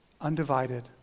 undivided